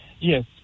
Yes